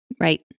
Right